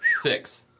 Six